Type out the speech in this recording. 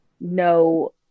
no